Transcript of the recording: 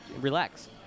relax